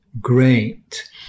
great